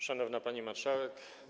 Szanowna Pani Marszałek!